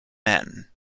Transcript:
men